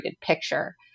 picture